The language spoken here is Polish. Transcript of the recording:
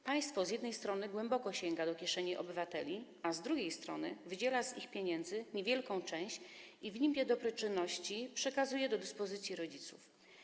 Państwo z jednej strony głęboko sięga do kieszeni obywateli, a z drugiej strony wydziela z ich pieniędzy niewielką część i w nimbie dobroczynności przekazuje do dyspozycji rodziców.